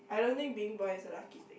I don't think being born is a lucky thing